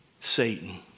Satan